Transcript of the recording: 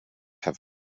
have